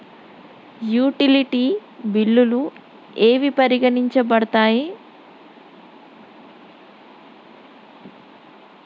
Utility బిల్లులు ఏవి పరిగణించబడతాయి?